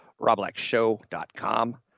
robblackshow.com